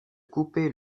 couper